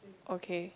okay